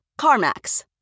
Carmax